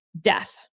death